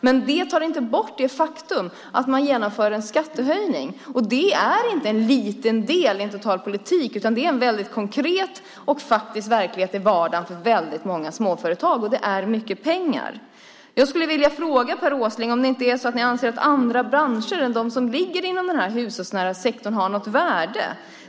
Men det tar inte bort det faktum att man genomför en skattehöjning. Det är inte en liten del i en total politik, utan det är en väldigt konkret och faktisk verklighet i vardagen för väldigt många småföretag. Och det är mycket pengar. Jag skulle vilja fråga Per Åsling om ni inte anser att andra branscher än de som ligger inom den hushållsnära sektorn har något värde.